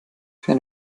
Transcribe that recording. für